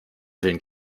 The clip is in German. willen